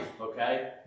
okay